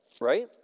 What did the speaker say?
right